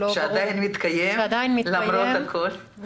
שעדיין מתקיים למרות הכול.